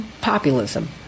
populism